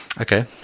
Okay